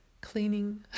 cleaning